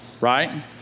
Right